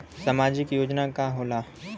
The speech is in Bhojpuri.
सामाजिक योजना का होला?